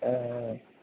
ஆ ஆ